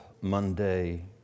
Monday